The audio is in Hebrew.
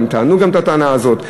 הם גם טענו את הטענה הזאת.